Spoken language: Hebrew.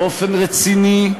באופן רציני,